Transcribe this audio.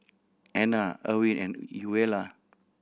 Anner Irwin and Eula